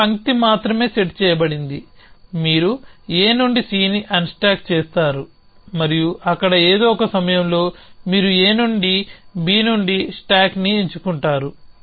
ఒక పంక్తి మాత్రమే సెట్ చేయబడింది మీరు A నుండి Cని అన్స్టాక్ చేస్తారు మరియు అక్కడ ఏదో ఒక సమయంలో మీరు A నుండి B నుండి స్టాక్ని ఎంచుకుంటారు